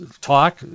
talk